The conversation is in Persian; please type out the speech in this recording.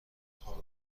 خورم